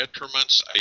detriments